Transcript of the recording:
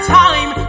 time